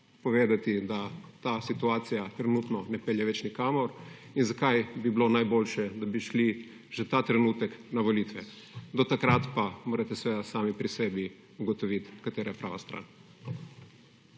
povedati, da ta situacija trenutno ne pelje več nikamor in zakaj bi bilo najboljše, da bi šli že ta trenutek na volitve. Do takrat pa morate seveda sami pri sebi ugotoviti, katera je prava stran.